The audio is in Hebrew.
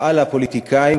על הפוליטיקאים,